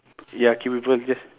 ya kill people just